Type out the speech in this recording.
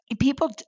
people